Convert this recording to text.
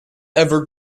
ever